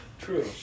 True